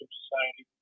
society